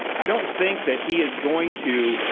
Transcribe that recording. i don't think that he is going to,